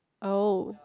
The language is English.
oh